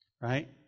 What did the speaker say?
Right